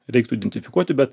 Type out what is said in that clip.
reiktų identifikuoti bet